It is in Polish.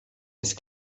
jest